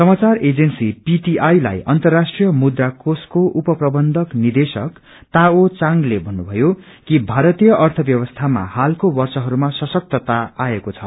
समाचार agency PTI लाई अन्तराष्ट्रिय मुद्रा कोषको उप प्रबन्धक निदेशक ताओ चांगले भन्नुषो कि भारतीय अर्य व्यश्वस्थामा हालको वर्षहरूमा सशक्तता आएको छ